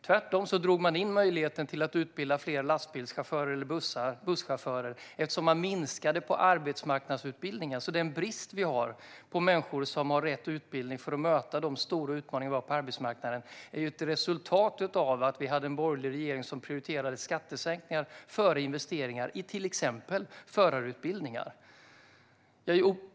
Tvärtom drog man in möjligheten att utbilda fler lastbilschaufförer eller busschaufförer eftersom man minskade på arbetsmarknadsutbildningen. Den brist vi har på människor som har rätt utbildning för att möta de stora utmaningar vi har på arbetsmarknaden är ett resultat av att vi hade en borgerlig regering som prioriterade skattesänkningar framför investeringar i till exempel förarutbildningar.